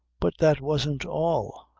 but that wasn't all.